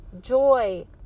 joy